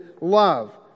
love